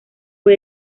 fue